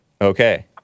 Okay